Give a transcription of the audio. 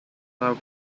thou